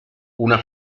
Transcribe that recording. una